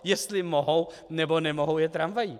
Jestli mohou, nebo nemohou jet tramvaji.